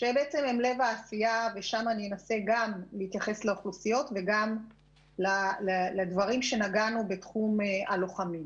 שהן לב העשייה ושם אתייחס לאוכלוסיות וגם לדברים בתחום הלוחמים.